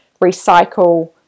recycle